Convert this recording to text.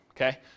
okay